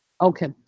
Okay